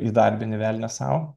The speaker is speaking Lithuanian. įdarbini velnią sau